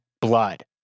blood